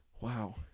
Wow